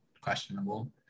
questionable